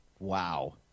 Wow